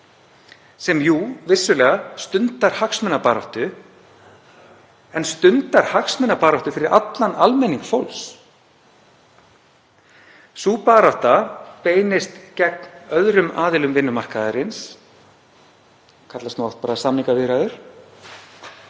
sem jú vissulega stundar hagsmunabaráttu en stundar þá hagsmunabaráttu fyrir allan almenning. Sú barátta beinist gegn öðrum aðilum vinnumarkaðarins, og kallast nú oft bara samningaviðræður,